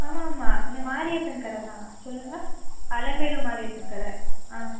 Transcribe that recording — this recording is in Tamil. ஆமாம்மா இந்த மாரியப்பன் கடை தான் சொல்லுங்கள் அலமேலு மாரியப்பன் கடை